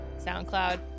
SoundCloud